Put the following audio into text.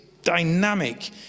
dynamic